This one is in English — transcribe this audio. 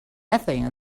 nothing